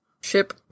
ship